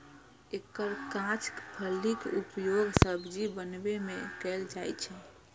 एकर कांच फलीक उपयोग सब्जी बनबै मे कैल जाइ छै